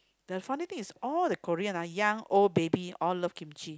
the funny thing is all the Korean ah young old baby all love kimchi